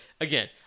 Again